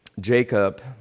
Jacob